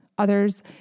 Others